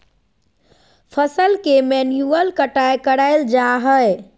फसल के मैन्युअल कटाय कराल जा हइ